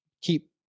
keep